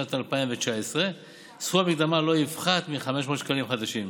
לשנת 2019. סכום המקדמה לא יפחת מ-500 שקלים חדשים.